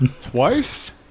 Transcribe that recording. Twice